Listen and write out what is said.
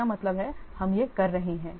इसका मतलब है हम यह कर रहे हैं